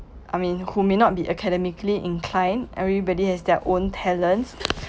I mean who may not be academically inclined everybody has their own talents